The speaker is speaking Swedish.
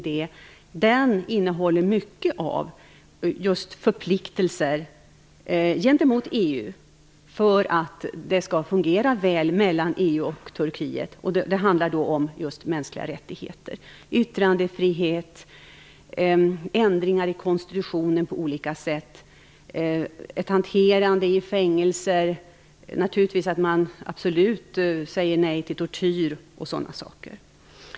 Den innehåller mycket av förpliktelser gentemot EU för att det skall fungera väl mellan EU och Turkiet. Det handlar om just mänskliga rättigheter, yttrandefrihet, ändringar i konstitutionen på olika sätt, ett hanterande i fängelser, att man säger nej till tortyr osv.